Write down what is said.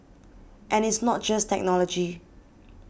and it's not just technology